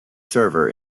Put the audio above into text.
server